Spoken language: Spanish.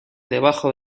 debajo